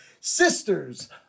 sisters